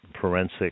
forensic